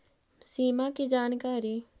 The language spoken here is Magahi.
सिमा कि जानकारी?